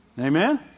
Amen